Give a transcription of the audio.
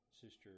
Sister